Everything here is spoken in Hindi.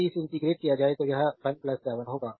यदि इसे इंटेग्रटे किया जाए तो यह 1 7 होगा